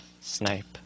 Snipe